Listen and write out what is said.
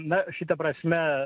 na šita prasme